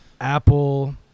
Apple